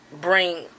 bring